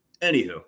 Anywho